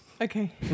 Okay